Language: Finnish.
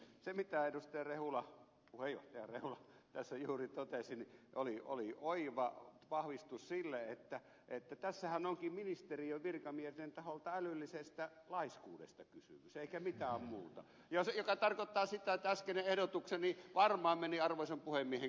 se mitä puheenjohtaja rehula tässä juuri totesi oli oiva vahvistus sille että tässähän onkin ministeriön virkamiesten taholta älyllisestä laiskuudesta kysymys eikä mistään muusta mikä tarkoittaa sitä että äskeinen ehdotukseni varmaan meni arvoisan puhemiehen kautta eteenpäin